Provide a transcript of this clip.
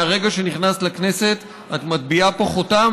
מהרגע שנכנסת לכנסת את מטביעה פה חותם,